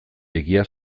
egia